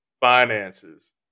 finances